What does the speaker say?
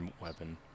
weapon